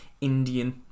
Indian